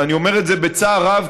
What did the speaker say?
ואני אומר את זה בצער רב,